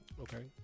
Okay